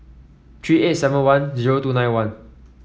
three eight seven one zero two nine one